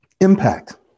impact